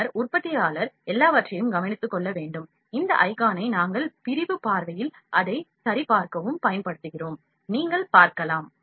பின்னர் உற்பத்தியாளர் எல்லாவற்றையும் கவனித்துக் கொள்ள வேண்டும் இந்த ஐகானை நாங்கள் பிரிவு பார்வையில் அதை சரிபார்க்கவும் பயன்படுத்துகிறோம் நீங்கள் பார்க்கலாம்